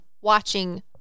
watching